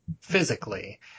physically